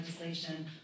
legislation